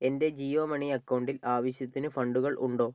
എൻ്റെ ജിയോ മണി അക്കൗണ്ടിൽ ആവശ്യത്തിന് ഫണ്ടുകൾ ഉണ്ടോ